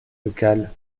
local